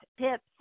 tips